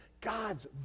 God's